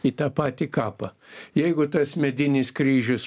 į tą patį kapą jeigu tas medinis kryžius